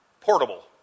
portable